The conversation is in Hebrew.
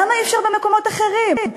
למה אי-אפשר במקומות אחרים?